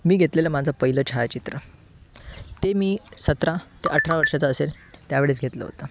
मी घेतलेलं माझं पहिलं छायाचित्र ते मी सतरा ते अठरा वर्षाचा असेल त्या वेळेस घेतलं होतं